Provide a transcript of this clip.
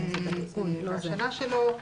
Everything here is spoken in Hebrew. התשמ"ו 1985,